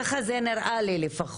ככה זה נראה לי לפחות.